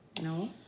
No